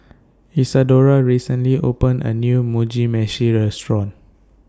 Isadora recently opened A New Mugi Meshi Restaurant